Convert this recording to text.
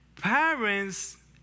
Parents